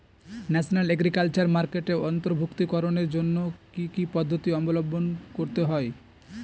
National agriculture মার্কেটে অন্তর্ভুক্তিকরণের জন্য কি কি পদ্ধতি অবলম্বন করতে হয়?